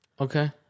Okay